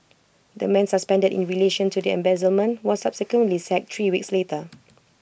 the man suspended in relation to the embezzlement was subsequently sacked three weeks later